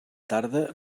tarda